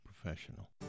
professional